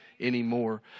anymore